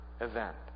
event